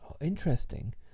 Interesting